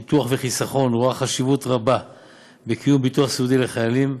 ביטוח וחיסכון רואה חשיבות רבה בקיום ביטוח סיעודי לחיילים.